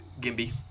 Gimby